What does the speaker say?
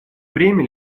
бремя